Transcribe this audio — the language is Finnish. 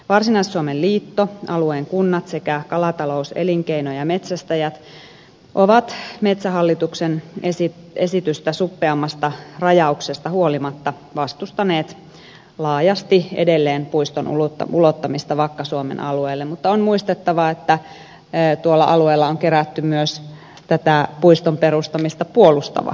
varsinais suomen liitto alueen kunnat sekä kalatalouselinkeino ja metsästäjät ovat metsähallituksen esitystä suppeammasta rajauksesta huolimatta vastustaneet laajasti edelleen puiston ulottamista vakka suomen alueelle mutta on muistettava että tuolla alueella on kerätty myös tätä puiston perustamista puolustava kansalaisadressi